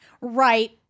Right